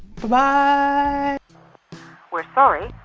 buh-bye! we're sorry,